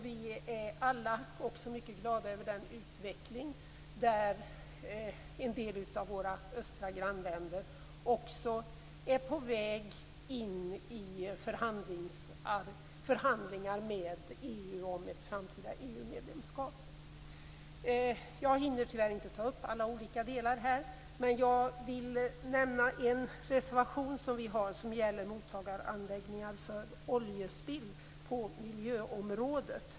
Vi är alla glada över den utveckling där en del av våra östra grannländer också är på väg in i förhandlingar med Jag hinner tyvärr inte ta upp alla delar här. Men jag vill nämna en reservation på miljöområdet, nämligen om mottagaranläggningar för oljespill.